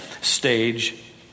stage